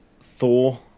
Thor